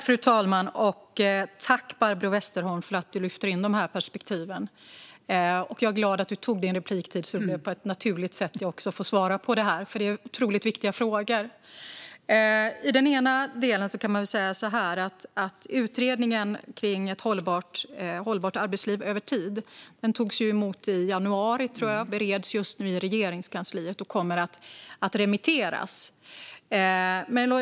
Fru talman! Tack, Barbro Westerholm, för att du lyfter in de här perspektiven! Jag är glad att du tog din repliktid så att det blev ett naturligt sätt för mig att svara på detta. Det är otroligt viktiga frågor. Den ena delen är att slutbetänkandet från Utredningen för hållbart arbetsliv över tid togs emot i januari. Det bereds just nu i Regeringskansliet och kommer att remitteras.